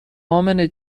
امنه